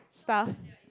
stuff